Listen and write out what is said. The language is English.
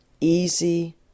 easy